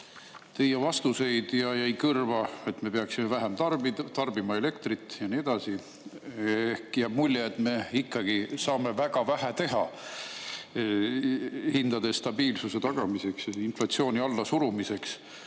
teie vastuseid ja jäi kõrva, et me peaksime elektrit vähem tarbima ja nii edasi. Seega jääb mulje, et me ikkagi saame väga vähe teha hindade stabiilsuse tagamiseks ja inflatsiooni allasurumiseks.